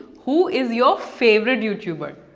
who is your favourite youtuber.